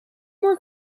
more